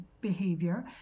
behavior